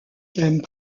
thème